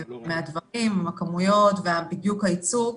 הדברים, הכמויות ומה בדיוק הייצוג.